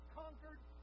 conquered